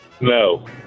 No